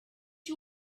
you